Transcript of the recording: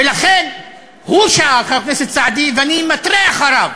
ולכן הוא, חבר הכנסת סעדי, ואני מחרה מחזיק אחריו,